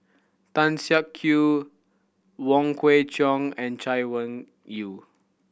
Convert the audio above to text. Tan Siak Kew Wong Kwei Cheong and Chay Weng Yew